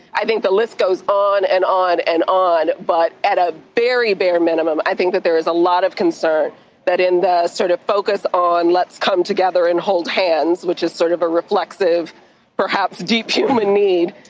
i think the list goes on and on and on. but at ah very are minimum, i think that there is a lot of concern that in the sort of focus on let's come together and hold hands, which is sort of a reflexive perhaps deep human need,